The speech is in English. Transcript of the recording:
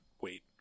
wait